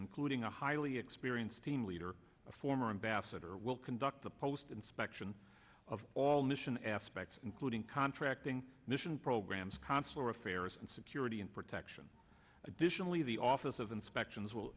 including a highly experienced team leader a former ambassador will conduct the post inspection of all mission aspects including contracting mission programs consular affairs and security and protection additionally the office of inspections will